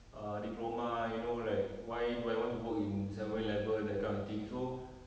err diploma you know like why do I want to work in seven eleven that kind of thing so